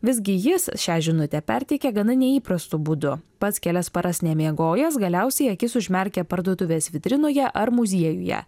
visgi jis šią žinutę perteikia gana neįprastu būdu pats kelias paras nemiegojęs galiausiai akis užmerkė parduotuvės vitrinoje ar muziejuje